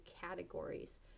categories